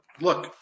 look